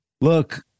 look